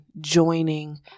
joining